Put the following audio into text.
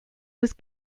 was